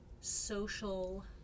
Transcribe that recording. social